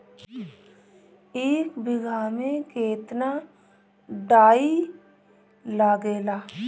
एक बिगहा में केतना डाई लागेला?